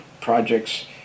projects